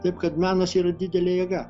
taip kad menas yra didelė jėga